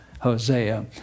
Hosea